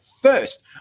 first